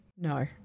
No